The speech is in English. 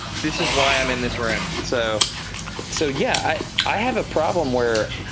this is why i'm in this room. and so so yeah, i have a problem where,